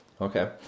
Okay